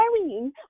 carrying